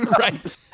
Right